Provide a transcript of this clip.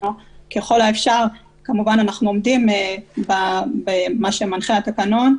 ככל האפשר אנחנו כמובן עומדים במה שמנחה התקנון,